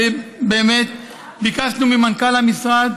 ובאמת ביקשנו ממנכ"ל המשרד